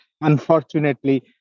unfortunately